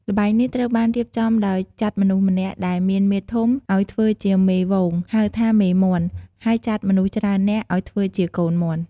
ល្បែងនេះត្រូវបានរៀបចំដោយចាត់មនុស្សម្នាក់ដែលមានមាឌធំ ឲ្យធ្វើជាមេហ្វូង ហៅថា "មេមាន់" ហើយចាត់មនុស្សច្រើននាក់ឲ្យធ្វើជាកូនមាន់។